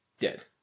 Dead